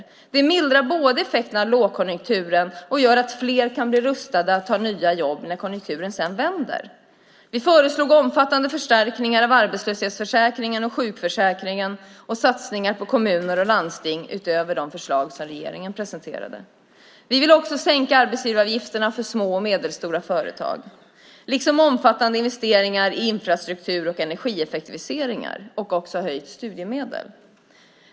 Det både mildrar effekterna av lågkonjunkturen och gör att fler kan bli rustade att ta nya jobb när konjunkturen sedan vänder. Vi föreslog omfattande förstärkningar av arbetslöshetsförsäkringen och sjukförsäkringen samt satsningar på kommuner och landsting utöver de förslag som regeringen presenterade. Vi ville också ha sänkta arbetsgivaravgifter för små och medelstora företag, omfattande investeringar i infrastruktur och energieffektiviseringar samt höjt studiemedel.